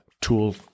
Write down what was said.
tool